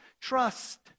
Trust